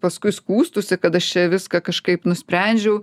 paskui skųstųsi kad aš čia viską kažkaip nusprendžiau